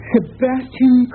Sebastian